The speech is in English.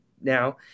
now